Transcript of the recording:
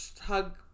hug